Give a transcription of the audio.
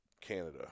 canada